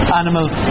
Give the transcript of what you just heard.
animals